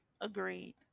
Agreed